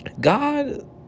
God